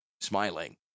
smiling